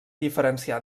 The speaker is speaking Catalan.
diferenciar